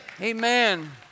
Amen